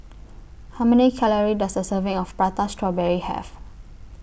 How Many Calories Does A Serving of Prata Strawberry Have